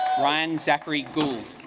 ryan zachary gould